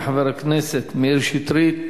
תודה רבה לחבר הכנסת מאיר שטרית.